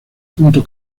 punto